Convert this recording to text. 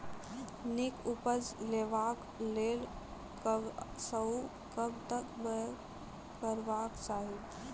नीक उपज लेवाक लेल कबसअ कब तक बौग करबाक चाही?